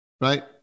right